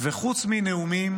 וחוץ מנאומים